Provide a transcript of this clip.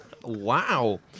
Wow